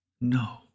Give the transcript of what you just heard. no